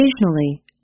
Occasionally